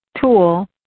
tool